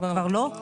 לא, כבר לא.